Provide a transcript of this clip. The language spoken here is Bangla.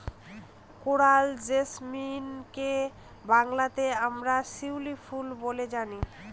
কোরাল জেসমিনকে বাংলাতে আমরা শিউলি ফুল বলে জানি